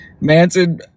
Manson